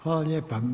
Hvala lijepa.